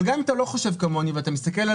אבל גם אם אתה לא חושב כמוני ואתה מסתכל על